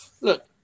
look